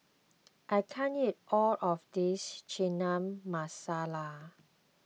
I can't eat all of this Chana Masala